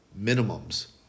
minimums